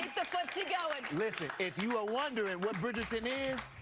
the footsie going. listen, if you are wondering what bridgerton is,